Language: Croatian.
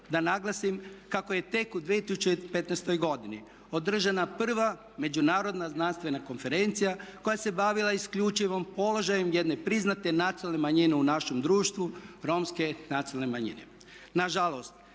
da naglasim kako je tek u 2015. godini održana prva međunarodna znanstvena konferencija koja se bavila isključivo položajem jedne priznate nacionalne manjine u našem društvu Romske nacionalne manjine.